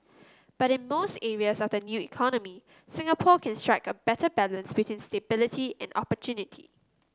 but in most areas of the new economy Singapore can strike a better balance between stability and opportunity